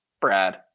Brad